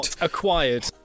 acquired